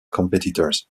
competitors